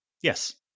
Yes